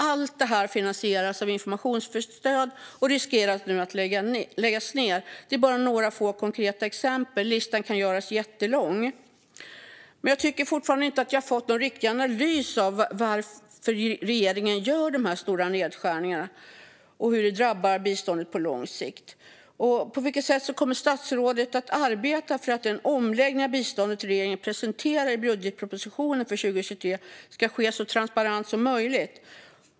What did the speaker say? Allt det här finansieras av informationsstöd och riskerar nu att läggas ned. Det är bara några få konkreta exempel. Listan kan göras jättelång. Jag tycker fortfarande inte att jag har fått någon riktig analys av varför regeringen gör de här stora nedskärningarna och hur de drabbar biståndet på lång sikt. På vilket sätt kommer statsrådet att arbeta för att den omläggning av biståndet regeringen presenterar i budgetpropositionen för 2023 ska ske så transparent som möjligt?